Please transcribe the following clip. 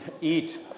Eat